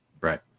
Right